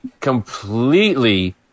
completely